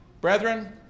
brethren